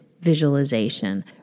visualization